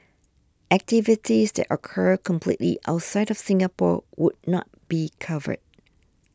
activities that occur completely outside of Singapore would not be covered